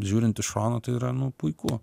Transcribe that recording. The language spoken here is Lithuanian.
žiūrint iš šono tai yra na puiku